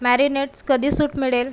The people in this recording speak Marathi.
मॅरीनेटस् कधी सूट मिळेल